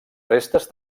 restes